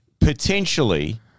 potentially